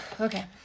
Okay